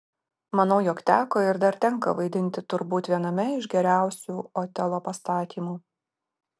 manau jog teko ir dar tenka vaidinti turbūt viename iš geriausių otelo pastatymų